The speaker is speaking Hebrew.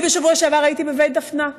בשבוע שעבר הייתי בבית דפנה,